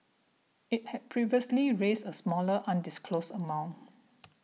it had previously raised a smaller undisclosed amount